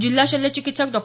जिल्हा शल्य चिकित्सक डॉ